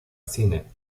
cine